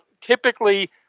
Typically